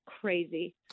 crazy